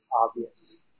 obvious